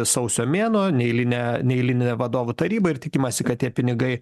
sausio mėnuo neeilinė neeilinė vadovų taryba ir tikimasi kad tie pinigai